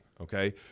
Okay